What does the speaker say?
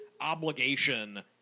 obligation